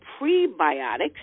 prebiotics